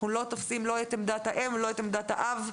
אנחנו לא תופסים לא את עמדת האם ולא את עמדת האב,